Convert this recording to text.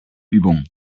übung